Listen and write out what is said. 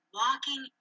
walking